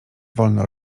wolno